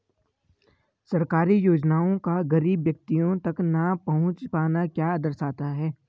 सरकारी योजनाओं का गरीब व्यक्तियों तक न पहुँच पाना क्या दर्शाता है?